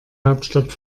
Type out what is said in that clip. hauptstadt